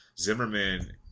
Zimmerman